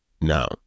now